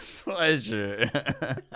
Pleasure